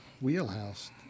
wheelhouse